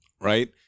Right